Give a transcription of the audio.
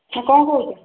ନା କ'ଣ କହୁଛ